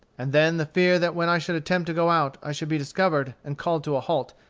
and then the fear that when i should attempt to go out i should be discovered and called to a halt,